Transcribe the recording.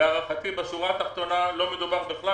להערכתי בשורה התחתונה לא מדובר בכלל